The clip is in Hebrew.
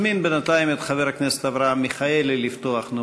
אזמין בינתיים את חבר הכנסת אברהם מיכאלי לפתוח,